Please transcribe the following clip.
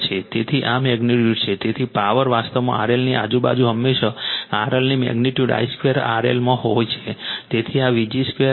તેથી આ મેગ્નિટ્યુડ છે તેથી પાવર વાસ્તવમાં RL ની આજુબાજુ હંમેશા RL ની મેગ્નિટ્યુડ I 2 RL માં હોય છે